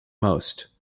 most